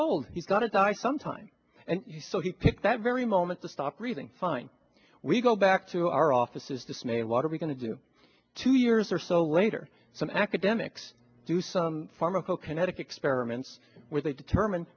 old he's got it i saw time and so he picked that very moment to stop breathing fine we go back to our offices this may water we going to do two years or so later some academics do some pharmaco kinetic experiments where they determine